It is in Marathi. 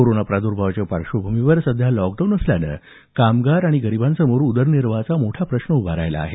कोरोना प्रादुर्भावाच्या पार्श्वभूमीवर सध्या लॉकडाऊन असल्याचं कामगार गरीबांसमोर उदरनिर्वाहाचा मोठा प्रश्न आहे